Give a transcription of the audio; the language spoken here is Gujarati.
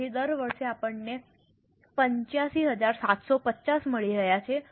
તેથી દર વર્ષે આપણને 85750 મળી રહ્યા છે